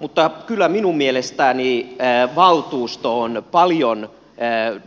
mutta kyllä minun mielestäni valtuusto on paljon